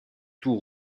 tours